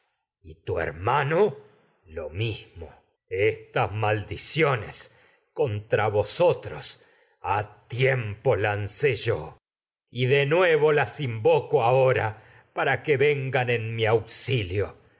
caerás tu hermano lo mismo estas ha maldiciones contra vos nuevo otros tiempo lancé yo y de las invoco aho ra para que vengan en mi auxilio